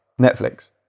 Netflix